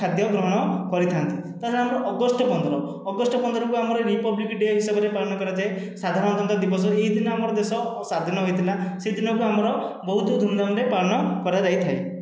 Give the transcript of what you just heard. ଖାଦ୍ୟ ଗ୍ରହଣ କରିଥାନ୍ତି ତା ଛଡ଼ା ଆମର ଅଗଷ୍ଟ ପନ୍ଦର ଅଗଷ୍ଟ ପନ୍ଦରକୁ ଆମର ରିପବ୍ଲିକ ଡ଼େ' ହିସାବରେ ପାଳନ କରାଯାଏ ସାଧାରଣତନ୍ତ୍ର ଦିବସ ଏହିଦିନ ଆମର ଦେଶ ସ୍ଵାଧୀନ ହୋଇଥିଲା ସେଦିନକୁ ଆମର ବହୁତ ଧୁମଧାମରେ ପାଳନ କରାଯାଇଥାଏ